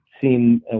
seen